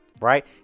right